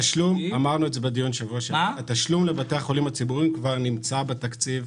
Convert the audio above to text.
התשלום לבתי החולים הציבוריים כבר נמצא בתקציב,